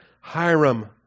Hiram